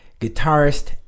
guitarist